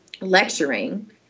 lecturing